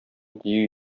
дию